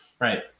right